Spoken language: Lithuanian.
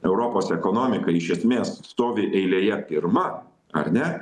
europos ekonomika iš esmės stovi eilėje pirma ar ne